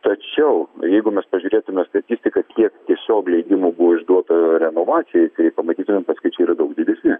tačiau jeigu mes pažiūrėtume statistiką kiek tiesiog leidimų buvo išduota renovacijai tai pamatytumėm kad skaičiai yra daug didesni